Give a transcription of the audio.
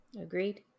agreed